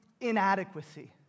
inadequacy